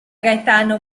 gaetano